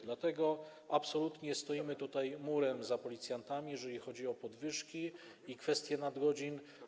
Dlatego absolutnie stoimy tutaj murem za policjantami, jeżeli chodzi o podwyżki i kwestie nadgodzin.